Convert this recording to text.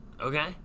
Okay